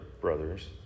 brothers